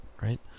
right